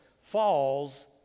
falls